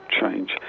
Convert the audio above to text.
change